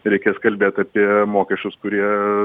reikės kalbėt apie mokesčius kurie